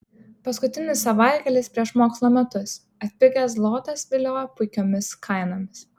paskutinis savaitgalis prieš mokslo metus atpigęs zlotas vilioja puikiomis kainomis